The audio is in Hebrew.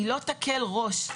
היא לא תקל ראש,